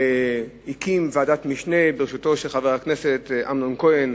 הקים ועדת משנה בראשותו של חבר הכנסת אמנון כהן,